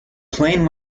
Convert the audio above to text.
plane